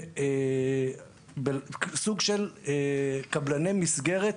סוג של קבלני מסגרת